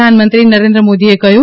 પ્રધાનમંત્રી નરેન્દ્ર મોદી એ કહ્યું